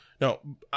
No